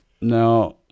Now